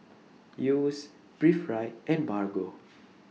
Yeo's Breathe Right and Bargo